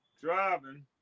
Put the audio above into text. Driving